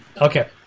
Okay